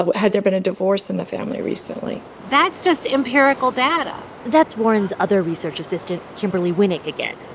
ah but had there been a divorce in the family recently? that's just empirical data that's warren's other research assistant kimberly winick again